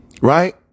Right